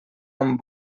amb